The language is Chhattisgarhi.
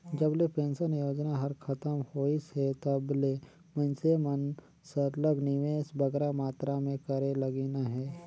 जब ले पेंसन योजना हर खतम होइस हे तब ले मइनसे मन सरलग निवेस बगरा मातरा में करे लगिन अहे